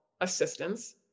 assistance